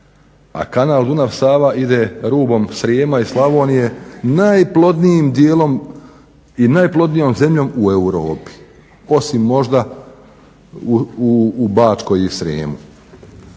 a kanal Dunav-Sava ide rubom Srijema i Slavonije najplodnijim dijelom i najplodnijom zemljom u Europi, osim možda u Bačkoj i Srijemu.